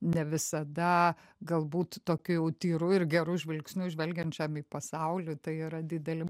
ne visada galbūt tokiu jau tyru ir geru žvilgsniu žvelgiančiam į pasaulį tai yra dideli